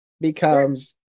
becomes